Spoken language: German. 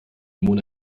mona